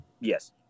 Yes